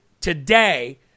today